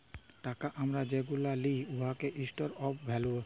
টাকা আমরা যেগুলা লিই উয়াতে ইস্টর অফ ভ্যালু থ্যাকে